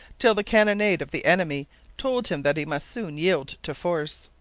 till the cannonade of the enemy told him that he must soon yield to force.